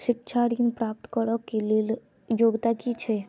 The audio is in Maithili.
शिक्षा ऋण प्राप्त करऽ कऽ लेल योग्यता की छई?